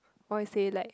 why you say like